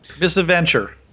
Misadventure